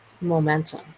momentum